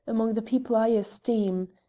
among the people i esteem.